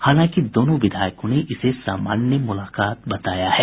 हालांकि दोनों विधायकों ने इसे सामान्य मुलाकात बताया है